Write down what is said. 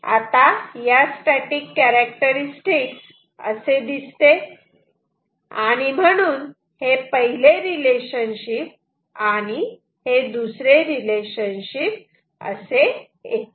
आता या static characteristics असे दिसते आणि म्हणून हे पहिले रिलेशनशिप आणि हे दुसरे रिलेशनशिप असे येते